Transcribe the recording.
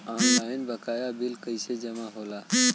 Online बकाया bill कैसे जमा होला?